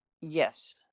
Yes